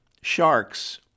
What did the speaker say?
Sharks